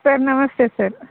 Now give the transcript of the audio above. sir ನಮಸ್ತೆ sir